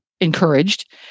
encouraged